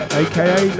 aka